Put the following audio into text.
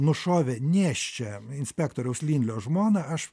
nušovė nėščią inspektoriaus linlio žmoną aš